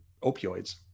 opioids